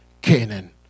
Canaan